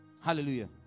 Hallelujah